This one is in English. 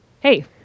Hey